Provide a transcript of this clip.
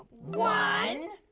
one,